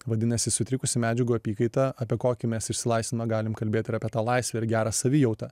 vadinasi sutrikusi medžiagų apykaita apie kokį mes išsilaisviną galim kalbėt ir apie tą laisvę ir gerą savijautą